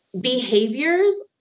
behaviors